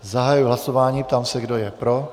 Zahajuji hlasování a ptám se, kdo je pro.